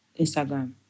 Instagram